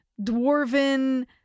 dwarven